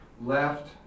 left